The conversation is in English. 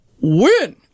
win